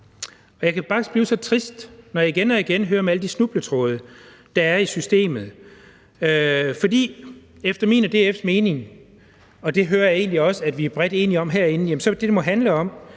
faktisk blive så trist, når jeg igen og igen hører om alle de snubletråde, der er i systemet, for efter min og DF's mening, og det hører jeg egentlig også vi bredt herinde er enige om, er det, det må handle om,